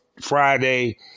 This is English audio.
Friday